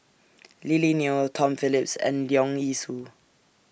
Lily Neo Tom Phillips and Leong Yee Soo